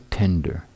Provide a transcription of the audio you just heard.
tender